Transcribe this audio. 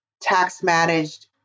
tax-managed